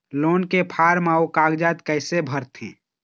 Loan के form अऊ कागजात कइसे भरथें?